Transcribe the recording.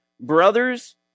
Brothers